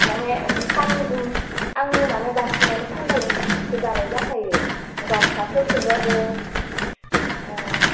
माने फान आं मानो बांसिनानो फाननायनि जिखौसो दानाय जाखायो गामसाफोरखोबाबौ